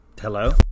Hello